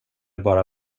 bara